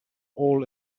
all